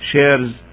shares